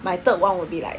my third one will be like